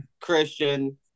Christian